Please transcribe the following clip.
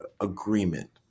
agreement